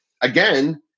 again